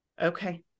okay